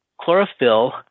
chlorophyll